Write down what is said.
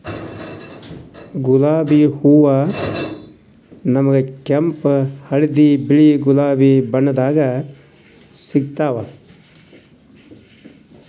ಗುಲಾಬಿ ಹೂವಾ ನಮ್ಗ್ ಕೆಂಪ್ ಹಳ್ದಿ ಬಿಳಿ ಗುಲಾಬಿ ಬಣ್ಣದಾಗ್ ಸಿಗ್ತಾವ್